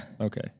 Okay